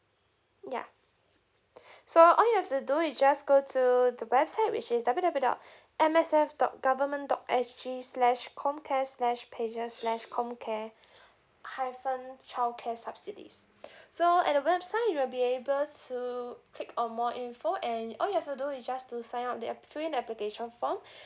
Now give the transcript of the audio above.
yeah so all you have to do is just go to the website which is W W W dot M S F dot government dot S G slash comcare slash pages slash comcare hyphen childcare subsidies so at the website you will be able to click on more info and all you have to do is just to sign up the ap~ free application form